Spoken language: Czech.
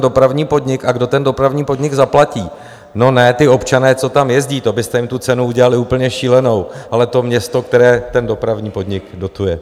dopravní podnik a kdo ten dopravní podnik zaplatí ne občané, co tam jezdí, to byste jim tu cenu udělali úplně šílenou, ale město, které ten dopravní podnik dotuje.